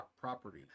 property